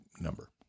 number